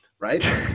right